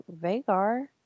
Vagar